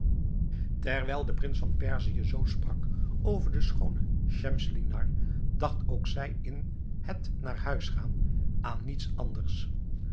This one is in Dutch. terwijl de prins van perzië zoo sprak over de schoone schemselnihar dacht ook zij in het naar huis gaan aan niets anders